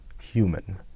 human